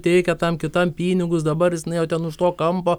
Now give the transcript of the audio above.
teikia tam kitam pinigus dabar jis nuėjo ten už to kampo